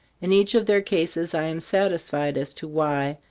in each of their cases i am satisfied as to why,